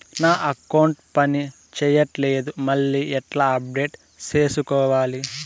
నా అకౌంట్ పని చేయట్లేదు మళ్ళీ ఎట్లా అప్డేట్ సేసుకోవాలి?